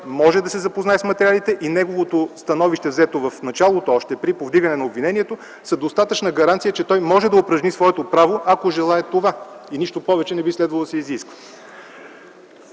може да се запознае с материалите и неговото становище, взето още в началото при повдигане на обвинението, е достатъчна гаранция, че той може да упражни своето право, ако желае това. И нищо повече не би следвало да се изисква.